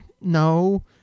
no